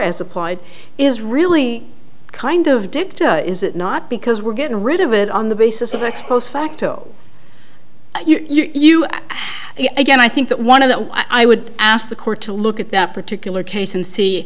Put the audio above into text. as applied is really kind of dicta is it not because we're getting rid of it on the basis of ex post facto you act again i think that one of the i would ask the court to look at that particular case and see